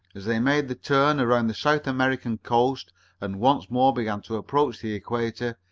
as they made the turn around the south american coast and once more began to approach the equator,